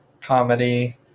comedy